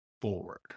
forward